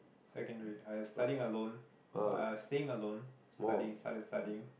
secondary I was studying alone but I was staying alone studying started studying